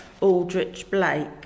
Aldrich-Blake